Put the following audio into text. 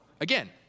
again